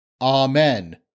Amen